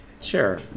Sure